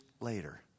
later